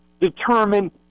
determine